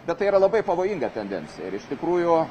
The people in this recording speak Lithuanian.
bet tai yra labai pavojinga tendencija ir iš tikrųjų